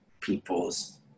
people's